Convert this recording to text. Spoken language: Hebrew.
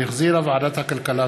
שהחזירה ועדת הכלכלה.